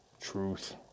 truth